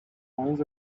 coins